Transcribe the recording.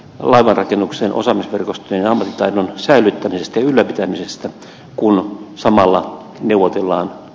laivanrakennuksen osaamisverkostojen oman taidon säilyttämisestä ylläpitämisestä kun sanella minuutilla